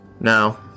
No